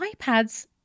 iPads